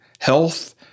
health